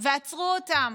ועצרו אותם,